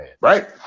Right